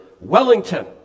Wellington